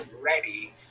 ready